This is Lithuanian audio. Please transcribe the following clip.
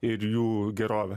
ir jų gerovę